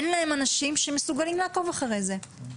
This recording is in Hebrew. אין להם אנשים שמסוגלים לעקוב אחרי זה.